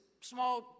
small